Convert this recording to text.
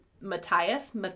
Matthias